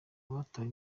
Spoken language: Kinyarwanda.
abatawe